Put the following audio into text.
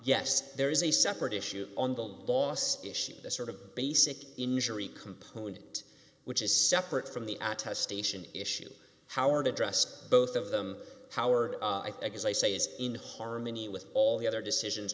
yes there is a separate issue on the last issue the sort of basic injury component which is separate from the attestation issue howard addressed both of them howard i think as i say is in harmony with all the other decisions